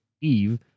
Eve